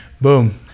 boom